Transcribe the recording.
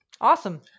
Awesome